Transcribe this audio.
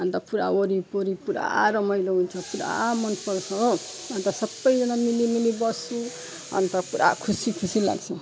अन्त पुरा वरिपरि पुरा रमाइलो हुन्छ पुरा मनपर्छ हो अन्त सबैजना मिलीमिली बस्छु अन्त पुरा खुसी खुसी लाग्छ